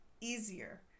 easier